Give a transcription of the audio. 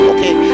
Okay